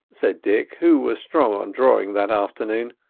said dick, who was strong on drawing that afternoon,